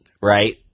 right